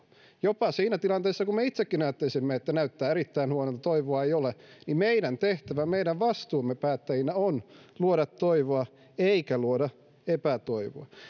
jopa siinä tilanteessa kun me itsekin ajattelisimme että näyttää erittäin huonolta ja toivoa ei ole meidän tehtävämme ja meidän vastuumme päättäjinä on luoda toivoa eikä luoda epätoivoa